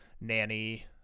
nanny